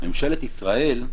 ממשלת ישראל,